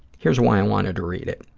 here's why i wanted to read it.